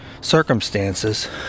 circumstances